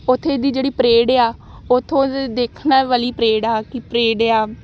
ਉੱਥੇ ਦੀ ਜਿਹੜੀ ਪਰੇਡ ਆ ਉੱਥੋਂ ਦੀ ਦੇਖਣ ਵਾਲੀ ਪਰੇਡ ਆ ਕੀ ਪਰੇਡ ਆ